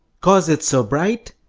cause it's so bright?